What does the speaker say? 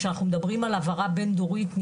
כשאנחנו מדברים על העברה בין דורית,